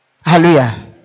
hallelujah